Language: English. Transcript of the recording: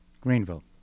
Greenville